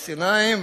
הפלסטינים.